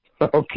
Okay